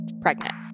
pregnant